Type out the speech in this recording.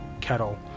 kettle